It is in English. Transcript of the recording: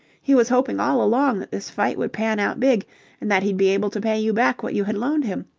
he was hoping all along that this fight would pan out big and that he'd be able to pay you back what you had loaned him,